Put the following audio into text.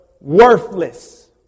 worthless